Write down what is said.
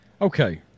Okay